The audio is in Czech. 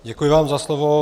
Děkuji vám za slovo.